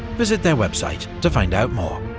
visit their website to find out more.